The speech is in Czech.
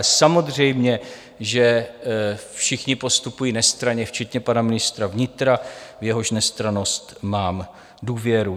Samozřejmě že všichni postupují nestranně včetně pana ministra vnitra, v jehož nestrannost mám důvěru.